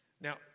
Now